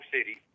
City